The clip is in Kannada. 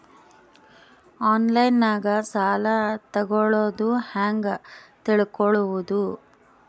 ಆನ್ಲೈನಾಗ ಸಾಲ ತಗೊಳ್ಳೋದು ಹ್ಯಾಂಗ್ ತಿಳಕೊಳ್ಳುವುದು?